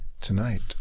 tonight